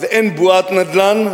אז אין בועת נדל"ן,